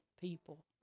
people